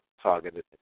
targeted